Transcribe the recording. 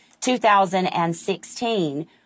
2016